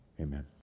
Amen